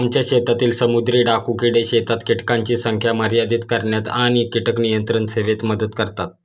आमच्या शेतातील समुद्री डाकू किडे शेतात कीटकांची संख्या मर्यादित करण्यात आणि कीटक नियंत्रण सेवेत मदत करतात